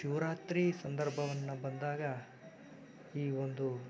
ಶಿವರಾತ್ರಿ ಸಂದರ್ಭವನ್ನು ಬಂದಾಗ ಈ ಒಂದು